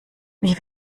wie